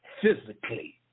physically